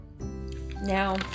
Now